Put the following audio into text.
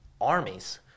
armies